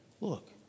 Look